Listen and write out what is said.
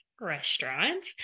restaurant